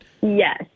Yes